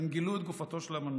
הם גילו את גופתו של המנוח,